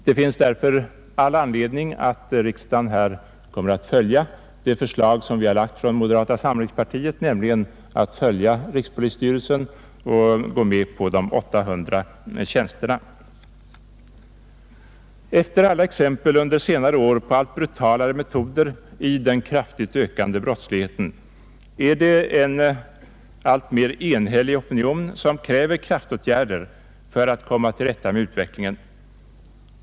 Det finns därför all anledning för riksdagen att följa moderata samlingspartiets förslag att gå med på de 800 tjänster, som rikspolisstyrelsen begärt. Efter alla exempel under senare år på allt brutalare metoder i den kraftigt ökande brottsligheten, är det en alltmer enhällig opinion som kräver kraftåtgärder för att komma till rätta med utvecklingen.